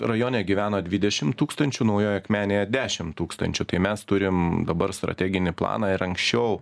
rajone gyvena dvidešim tūkstančių naujoj akmenėje dešim tūkstančių tai mes turim dabar strateginį planą ir anksčiau